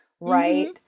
right